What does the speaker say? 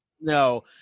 No